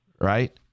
right